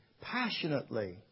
passionately